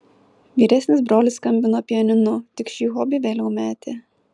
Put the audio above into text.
vyresnis brolis skambino pianinu tik šį hobį vėliau metė